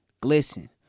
Glisten